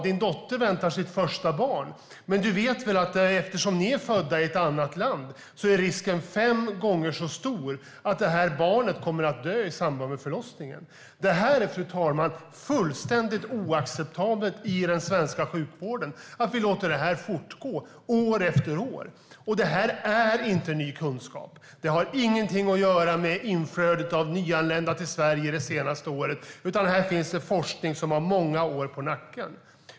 Din dotter väntar sitt första barn, men du vet väl att eftersom ni är födda i ett annat land är risken fem gånger så stor att barnet kommer att dö i samband med förlossningen. Fru talman! Det är fullständigt oacceptabelt att den svenska sjukvården låter detta fortgå år efter år. Det här är inte ny kunskap. Det här har ingenting att göra med inflödet av nyanlända till Sverige det senaste året. Här finns forskning som har många år på nacken.